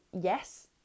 yes